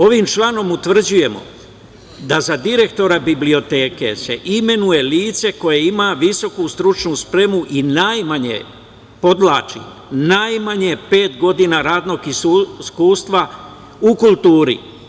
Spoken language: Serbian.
Ovim članom utvrđujemo da za direktora biblioteke se imenuje lice koje ima visoku stručnu spremu i najmanje, podvlačim, najmanje pet godina radnog iskustva u kulturi.